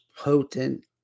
potent